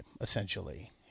essentially